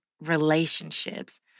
relationships